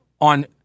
on